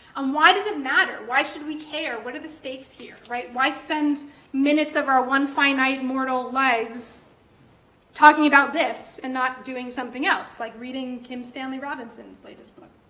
um why does it matter? why should we care? what are the stakes here? why spend minutes of our one, finite, mortal lives talking about this and not doing something else like reading kim stanley robinson's latest book,